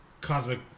cosmic